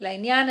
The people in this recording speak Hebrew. לעניין,